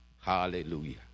Hallelujah